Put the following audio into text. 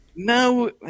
No